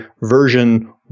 version